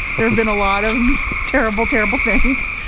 there have been a lot of terrible, terrible things,